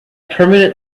permanent